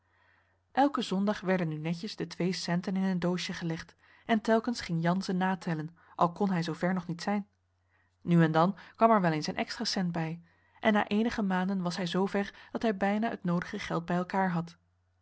elken zondag werden nu netjes de twee centen in een doosje gelegd henriette van noorden weet je nog wel van toen en telkens ging jan ze natellen al kon hij zoo ver nog niet zijn nu en dan kwam er wel eens een extra cent bij en na eenige maanden was hij zoo ver dat hij bijna het noodige geld bij elkaar had